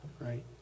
right